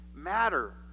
matter